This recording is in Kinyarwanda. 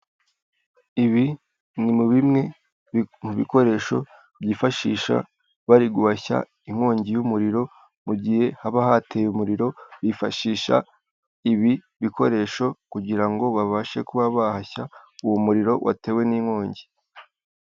Ibi ni bimwe mu bikoresho byifashisha bari guhashya inkongi y'umuriro, mu gihe haba hateye umuriro, bifashisha ibi bikoresho kugira ngo babashe kuba bahashya uwo muriro watewe n'inkongi.